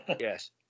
yes